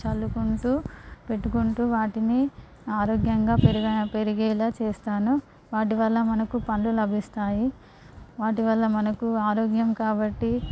చల్లుకుంటూ పెట్టుకుంటూ వాటిని ఆరోగ్యంగా పెరిగేలా చేస్తాను వాటి వల్ల మనకు పండ్లు లభిస్తాయి వాటి వల్ల మనకు ఆరోగ్యం కాబట్టి